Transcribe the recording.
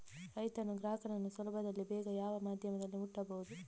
ರೈತನು ಗ್ರಾಹಕನನ್ನು ಸುಲಭದಲ್ಲಿ ಬೇಗ ಯಾವ ಮಾಧ್ಯಮದಲ್ಲಿ ಮುಟ್ಟಬಹುದು?